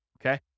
okay